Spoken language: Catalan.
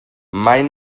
mai